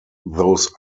those